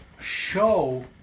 show